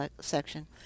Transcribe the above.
section